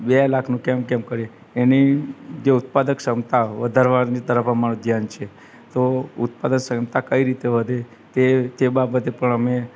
બે લાખનું કેમ કેમ કરીએ એની જે ઉત્પાદક ક્ષમતા વધારવાની તરફ અમારું ધ્યાન છે તો ઉત્પાદક ક્ષમતા કઈ રીતે વધે તે તે બાબતે પણ અમે